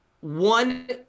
one